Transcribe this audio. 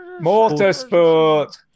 motorsport